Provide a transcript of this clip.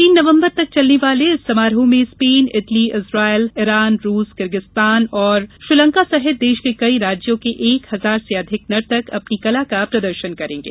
तीन नवंबर तक चलने वाले इस समारोह में स्पेन इटली इजराइल इरान रूस किर्गिस्तान और श्रीलंका सहित देश के कई राज्यों के एक हजार से अधिक नर्तक अपनी कला का प्रदर्शन करेंगे